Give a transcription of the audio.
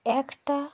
একটা